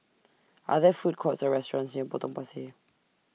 Are There Food Courts Or restaurants near Potong Pasir